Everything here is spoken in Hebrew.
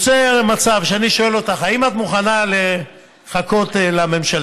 נוצר מצב שאני שואל אותך: האם את מוכנה לחכות לממשלתית?